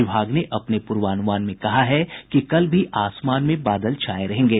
विभाग ने अपने पूर्वानुमान में कहा है कि कल भी आसमान में बादल छाये रहेंगे